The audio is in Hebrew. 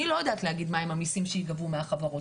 אני לא יודעת להגיד מה הם המיסים שייגבו מהחברות,